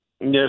Yes